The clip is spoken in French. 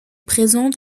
présente